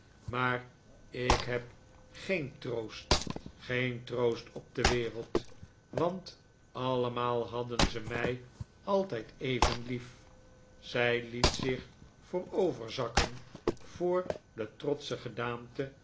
maar ik heb geen troost geen troost op de wereld want allemaal hadden ze mij altijd even lief zij liet zich vooroverzakken voor de trotsche gedaante